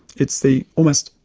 it's the almost,